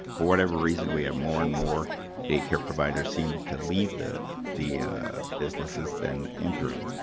for whatever reason we have more and more day care providers seem to leave the the businesses then enter